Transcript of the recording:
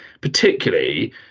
particularly